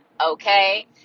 Okay